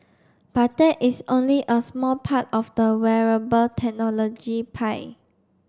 but that is only a smart part of the wearable technology pie